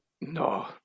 No